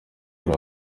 muri